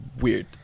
weird